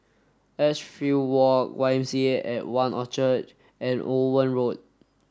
Edgefield Walk Y M C A at One Orchard and Owen Road